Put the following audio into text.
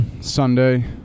Sunday